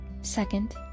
second